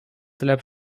теләп